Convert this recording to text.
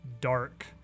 dark